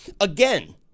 Again